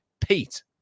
Pete